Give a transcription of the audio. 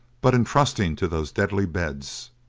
but in trusting to those deadly beds.